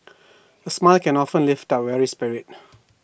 A smile can often lift up A weary spirit